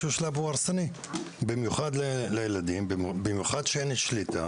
שהוא שלב הוא הרסני במיוחד לילדים ובמיוחד שאין שליטה,